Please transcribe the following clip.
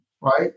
right